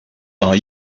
are